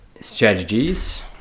strategies